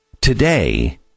Today